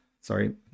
sorry